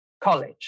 college